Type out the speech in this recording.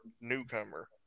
newcomer